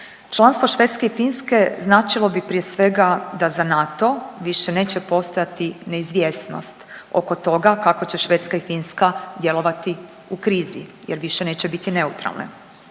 Članstvo Švedske i Finske značilo bi prije svega da za NATO više neće postojati neizvjesnost oko toga kako će Švedska i Finska djelovati u krizi, jer više neće biti neutralne.